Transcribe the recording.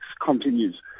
continues